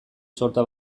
sorta